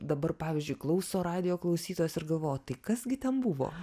dabar pavyzdžiui klauso radijo klausytojas ir galvoja o tai kas gi ten buvo